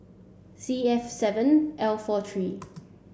C F seven L four three